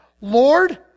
Lord